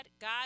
god